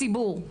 הציבור.